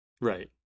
Right